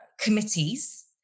committees